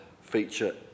feature